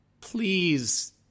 Please